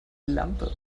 lampe